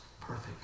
perfect